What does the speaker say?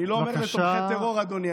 אני לא אומר לתומכי טרור "אדוני".